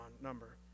number